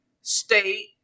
state